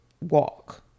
walk